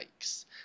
Yikes